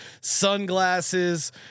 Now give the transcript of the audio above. sunglasses